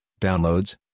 downloads